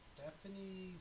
Stephanie